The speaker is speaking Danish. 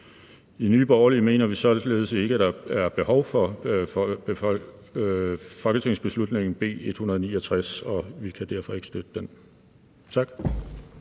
I Nye Borgerlige mener vi således ikke, at der er behov for folketingsbeslutning B 169, og vi kan derfor ikke støtte den. Tak.